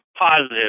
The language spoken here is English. positive